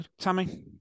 Tammy